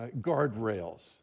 guardrails